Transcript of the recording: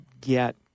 get